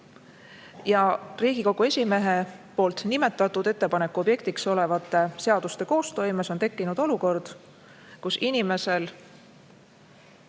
Riigikogu esimehe nimetatud ettepaneku objektiks olevate seaduste koostoimes on tekkinud olukord, kus inimesel